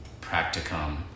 practicum